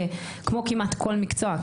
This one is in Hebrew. כל כמעט כל מקצוע,